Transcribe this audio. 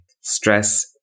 stress